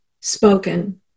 spoken